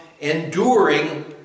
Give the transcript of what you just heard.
enduring